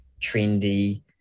trendy